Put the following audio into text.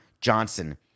Johnson